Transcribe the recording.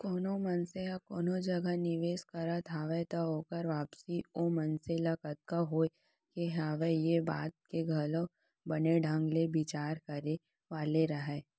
कोनो मनसे ह कोनो जगह निवेस करत हवय त ओकर वापसी ओ मनसे ल कतका होय के हवय ये बात के घलौ बने ढंग ले बिचार करे वाले हरय